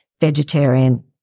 vegetarian